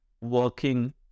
working